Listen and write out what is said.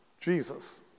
Jesus